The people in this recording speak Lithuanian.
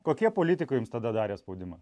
kokie politikai jums tada darė spaudimą